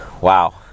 Wow